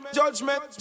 judgment